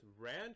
ranch